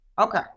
Okay